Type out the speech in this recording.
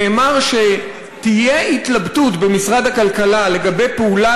נאמר שתהיה התלבטות במשרד הכלכלה לגבי פעולה